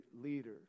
leader